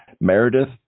Meredith